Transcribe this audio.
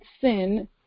sin